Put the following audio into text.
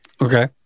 Okay